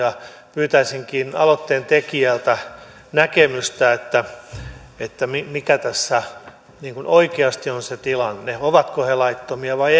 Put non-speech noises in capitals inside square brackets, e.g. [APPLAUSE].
pyytäisinkin aloitteentekijältä näkemystä mikä tässä oikeasti on se tilanne ovatko ne laittomia vai [UNINTELLIGIBLE]